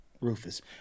Rufus